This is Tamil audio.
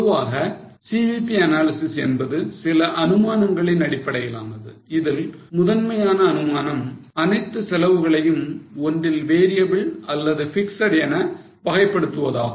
பொதுவாக CVP analysis என்பது சில அனுமானங்களின் அடிப்படையிலானது அதில் முதன்மையான அனுமானம் அனைத்து செலவுகளையும் ஒன்றில் variable அல்லது fixed என வகைப்படுத்துவதாகும்